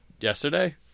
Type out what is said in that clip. yesterday